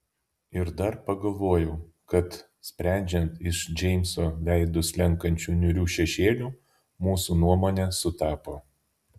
ir dar pagalvojau kad sprendžiant iš džeimso veidu slenkančių niūrių šešėlių mūsų nuomonė sutapo